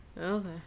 Okay